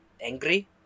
angry